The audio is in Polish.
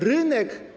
Rynek.